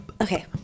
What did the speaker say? Okay